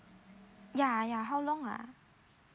yeah yeah how long ah